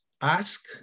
ask